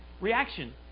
reaction